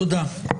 תודה.